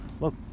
Look